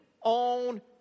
on